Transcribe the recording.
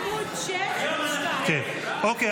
בעמ' 6, הסתייגות 2. אוקיי.